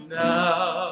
now